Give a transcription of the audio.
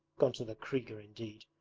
gone to the kriga indeed!